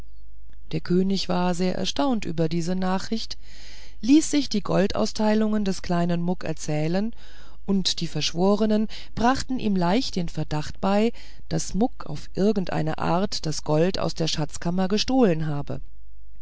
der könig war sehr erstaunt über diese nachricht ließ sich die goldausteilungen des kleinen muck erzählen und die verschworenen brachten ihm leicht den verdacht bei daß muck auf irgendeine art das geld aus der schatzkammer gestohlen habe